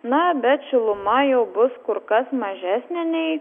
na bet šiluma jau bus kur kas mažesnė nei